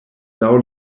laŭ